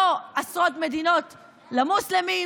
לא עשרות מדינות למוסלמים,